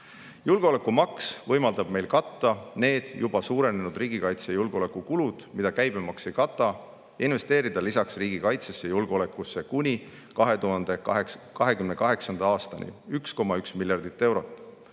elavdama. Julgeolekumaks võimaldab meil katta need juba suurenenud riigikaitse‑ ja julgeolekukulud, mida käibemaks ei kata, ja investeerida lisaks riigikaitsesse ja julgeolekusse kuni 2028. aastani 1,1 miljardit eurot.